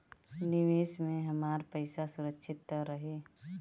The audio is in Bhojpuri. निवेश में हमार पईसा सुरक्षित त रही?